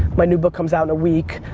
my new book comes out in a week,